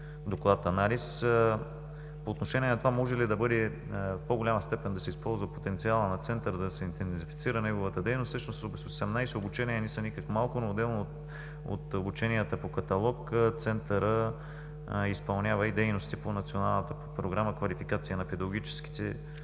доклад-анализ. По отношение на това може ли в по-голяма степен да се използва потенциала на Центъра, да се интензифицира неговата дейност – всъщност 18 обучения не са никак малко, но отделно от обученията по каталог Центърът изпълнява и дейности по Националната програма „Квалификация на педагогическите